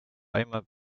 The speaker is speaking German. einmal